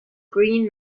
green